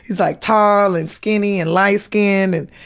like tall and skinny and light-skinned, and